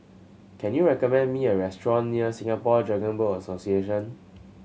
can you recommend me a restaurant near Singapore Dragon Boat Association